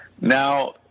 Now